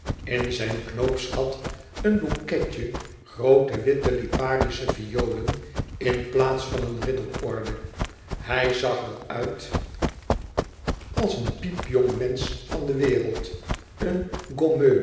in zijn knoopsgat een boeketje groote witte liparische violen in plaats van een ridderorde hij zag er uit als een piepjong mensch van de wereld een